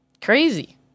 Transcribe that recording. Crazy